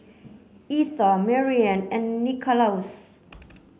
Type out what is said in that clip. Etha Mariann and Nicholaus